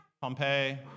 Pompeii